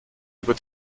über